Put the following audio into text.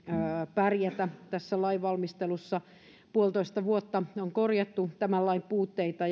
pärjätä tässä lainvalmistelussa puolitoista vuotta on korjattu tämän lain puutteita